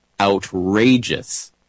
outrageous